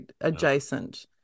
adjacent